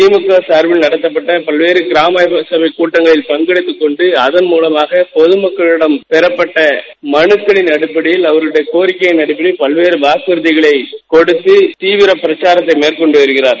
கிழக சார்பில் நடத்தப்பட்ட பல்வேறு கிராம சலபக் கூட்டங்களில் பங்கெடுத்துக் கொண்டு அதன் மூலமாக பொது மக்களிடம் பெறப்பட்ட மனுக்களின் அடிப்படையில் அவர்களடைய கோரிக்கையின் அடிப்படையில் பல்வேறு வாக்கற்கிகளைக் கொடுத்து தீவிர பிரக்காத்தை மேற்கொண்டு வருகிறார்